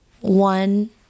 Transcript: one